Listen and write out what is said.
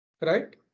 right